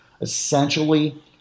Essentially